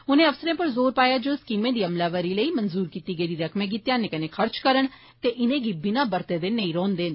उनें अफसरें पर जोर पाया जे ओह् स्कीमें दी अमलावरी लेई मंजूर कीती गेदी रकमें गी ध्यान कन्नै खर्च करन ते इनेंगी विना बरते नेई रौह्नदेन